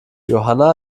johanna